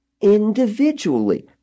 individually